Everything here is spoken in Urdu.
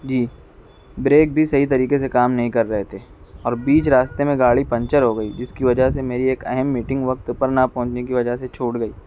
جی بریک بھی صحیح طریقے سے کام نہیں کر رہے تھے اور بیچ راستے میں گاڑی پنچر ہو گئی جس کی وجہ سے میری ایک اہم میٹنگ وقت پر نہ پہنچنے کی وجہ سے چھوٹ گئی